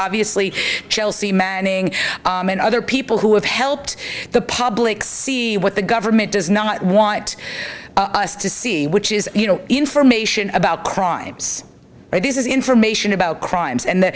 obviously chelsea manning and other people who have helped the public see what the government does not want us to see which is you know information about crimes this is information about crimes and